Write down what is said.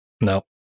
no